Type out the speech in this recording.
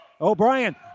O'Brien